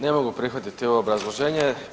Ne mogu prihvatiti ovo obrazloženje.